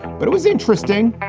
but it was interesting.